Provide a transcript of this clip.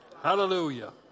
Hallelujah